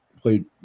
played